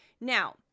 Now